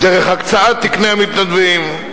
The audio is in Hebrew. דרך הקצאת תקני המתנדבים,